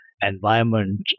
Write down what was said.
environment